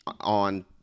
on